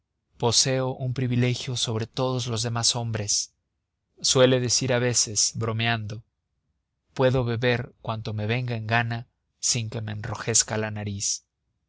poseo un privilegio sobre todos los demás hombres suele decir a veces bromeando puedo beber cuanto me venga en gana sin que se me enrojezca la nariz